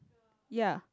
ya